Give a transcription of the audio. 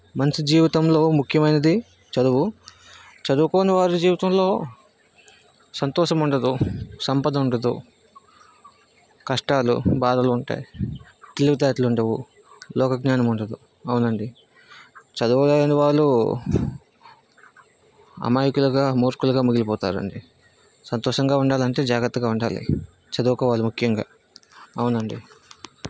మనిషి జీవితంలో ముఖ్యమైనది చదువు చదువుకోని వారి జీవితంలో సంతోషం ఉండదు సంపద ఉండదు కష్టాలు బాధలు ఉంటాయి తెలివితేటలు ఉండవు లోకజ్ఞానం ఉండదు అవునండి చదువు లేని వాళ్ళు అమాయకులుగా మూర్ఖులుగా మిగిలిపోతారండి సంతోషంగా ఉండాలంటే జాగ్రత్తగా ఉండాలి చదువుకోవాలి ముఖ్యంగా అవునండి